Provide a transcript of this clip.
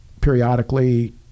periodically